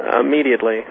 Immediately